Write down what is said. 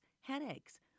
headaches